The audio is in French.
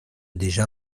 déjà